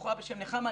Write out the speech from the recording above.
בחורה בשם נחמה.